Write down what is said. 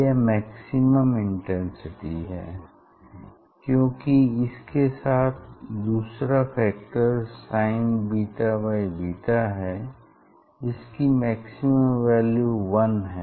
यह maximum intensity है क्योंकि इसके साथ दूसरा फैक्टर sinββ है जिसकी मैक्सिमम वैल्यू वन है